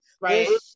right